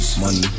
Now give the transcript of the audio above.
Money